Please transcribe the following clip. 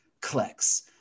clicks